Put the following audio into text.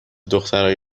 دخترای